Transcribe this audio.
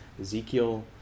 Ezekiel